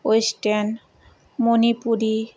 western Manipuri